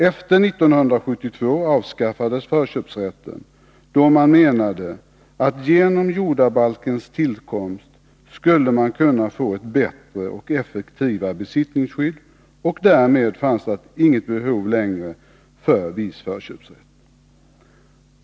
Efter 1972 avskaffades förköpsrätten, då man menade att genom jordabalkens tillkomst skulle man kunna få ett bättre och effektivare besittningsskydd, och därmed fanns det inget behov längre för viss förköpsrätt.